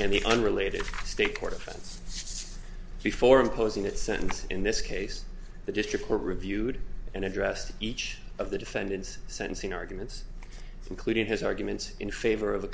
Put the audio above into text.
and the unrelated state court offense before imposing that sentence in this case the district court reviewed and addressed each of the defendant's sentencing arguments including his arguments in favor of